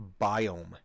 biome